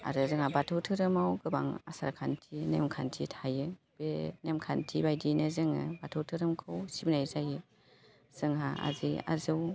आरो जोंहा बाथौ धोरोमाव गोबां आसारखान्थि नेमखान्थि थायो बे नेमखान्थि बायदियैनो जोङो बाथौ धोरोमखौ सिबिनाय जायो जोंहा आजै आजौ